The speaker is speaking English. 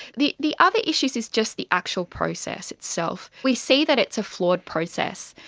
the the other issues is just the actual process itself. we see that it's a flawed process.